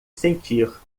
sentir